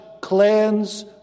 cleanse